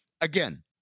Again